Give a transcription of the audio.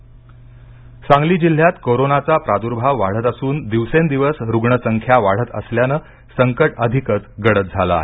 Sangli corona Sangli जिल्ह्यात कोरोनाचा प्रादुर्भाव वाढत असून दिवसेंदिवस रुग्ण संख्या वाढत असल्यान संकट अधिकच गडद झालं आहे